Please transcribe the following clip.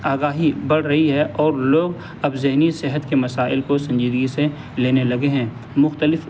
آگاہی بڑھ رہی ہے اور لوگ اب ذہنی صحت کے مسائل کو سنجیدگی سے لینے لگے ہیں مختلف